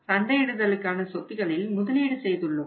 சந்தையிடுதலுக்கான சொத்துகளில் முதலீடு செய்துள்ளோம்